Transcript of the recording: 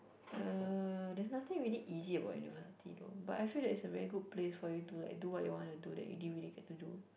uh there's nothing really easy about university though but I feel that it's a very good place for you to like do what you wanna do that you didn't really get to do